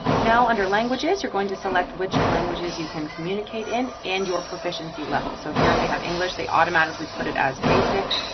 now under languages, you're going to select which languages you can communicate in and your proficiency level. so here they have english, they automatically put it as basic,